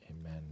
Amen